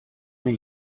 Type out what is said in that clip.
mir